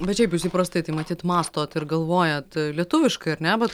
bet šiaip jūs įprastai tai matyt mąstot ir galvojat lietuviškai ar ne vat